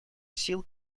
сил